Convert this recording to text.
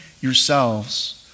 yourselves